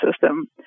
system